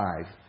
five